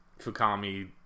Fukami